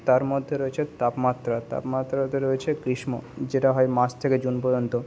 তার মধ্যে রয়েছে তাপমাত্রা তাপমাত্রাতে রয়েছে গ্রীষ্ম যেটা হয় মার্চ থেকে জুন পর্যন্ত